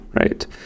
right